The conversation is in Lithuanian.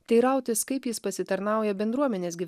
teirautis kaip jis pasitarnauja bendruomenės gi